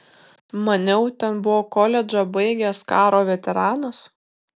maniau ten buvo koledžą baigęs karo veteranas